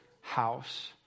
house